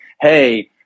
Hey